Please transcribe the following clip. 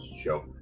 show